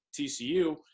TCU